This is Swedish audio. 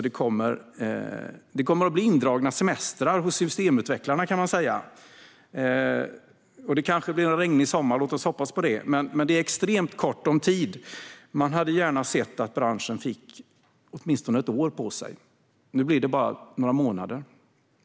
Det kommer att bli indragna semestrar hos systemutvecklarna - det kanske blir en regnig sommar. Låt oss hoppas det. Det är extremt ont om tid. Man hade gärna sett att branschen fick åtminstone ett år på sig. Nu blir det bara några månader.